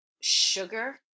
sugar